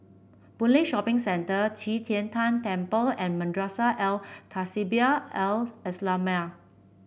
Boon Lay Shopping Centre Qi Tian Tan Temple and Madrasah Al Tahzibiah Al Islamiah